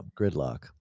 Gridlock